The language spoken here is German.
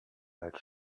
als